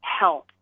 help